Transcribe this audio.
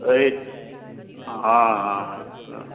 अही हाँ हाँ तऽ